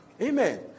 Amen